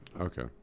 okay